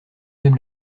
même